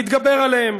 נתגבר עליהם.